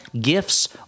gifts